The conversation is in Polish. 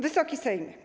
Wysoki Sejmie!